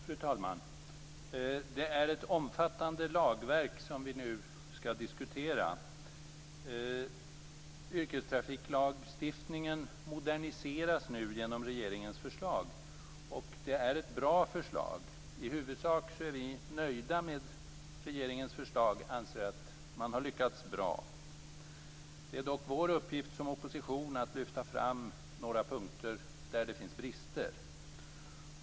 Fru talman! Det är ett omfattande lagverk som vi nu skall diskutera. Yrkestrafiklagstiftningen moderniseras genom regeringens förslag. Det är ett bra förslag. I huvudsak är vi nöjda med regeringens förslag och anser att man har lyckats bra. Det är dock vår uppgift som opposition att lyfta fram några punkter där det finns brister.